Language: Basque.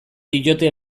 diote